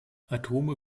atome